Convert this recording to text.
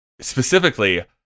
specifically